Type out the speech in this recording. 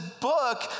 book